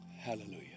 Hallelujah